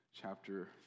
chapter